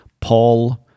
Paul